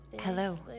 hello